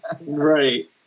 Right